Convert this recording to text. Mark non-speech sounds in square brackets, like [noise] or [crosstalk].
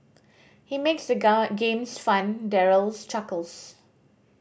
he makes the [unintelligible] games fun Daryl chuckles